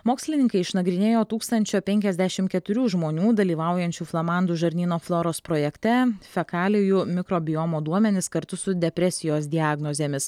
mokslininkai išnagrinėjo tūkstančio penkiasdešim keturių žmonių dalyvaujančių flamandų žarnyno floros projekte fekalijų mikrobiomo duomenis kartu su depresijos diagnozėmis